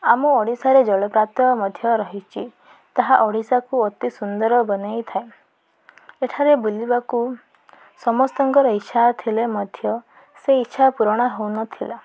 ଆମ ଓଡ଼ିଶାରେ ଜଳପ୍ରପ୍ରାତ ମଧ୍ୟ ରହିଛି ତାହା ଓଡ଼ିଶାକୁ ଅତି ସୁନ୍ଦର ବନେଇଥାଏ ଏଠାରେ ବୁଲିବାକୁ ସମସ୍ତଙ୍କର ଇଚ୍ଛା ଥିଲେ ମଧ୍ୟ ସେ ଇଚ୍ଛା ପୁରୁଣା ହଉନଥିଲା